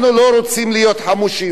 אנחנו לא רוצים להיות חמושים.